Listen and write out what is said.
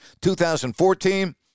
2014